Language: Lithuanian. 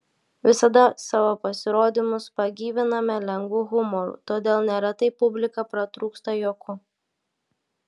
visada savo pasirodymus pagyviname lengvu humoru todėl neretai publika pratrūksta juoku